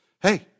Hey